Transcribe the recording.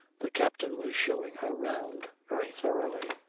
the captain was showing her round very thoroughly.